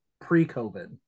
pre-COVID